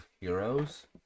Heroes